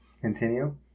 continue